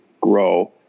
grow